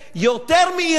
יותר מאירן,